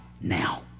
now